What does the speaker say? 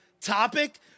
topic